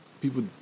people